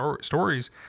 stories